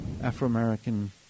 Afro-American